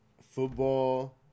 football